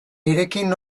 nirekin